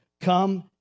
Come